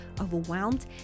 overwhelmed